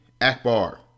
Akbar